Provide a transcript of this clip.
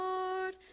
Lord